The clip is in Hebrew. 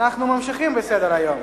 אנחנו ממשיכים בסדר-היום: